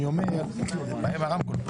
אני אומר יש בעיה עם הרמקול.